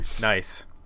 nice